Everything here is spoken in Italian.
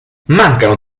mancano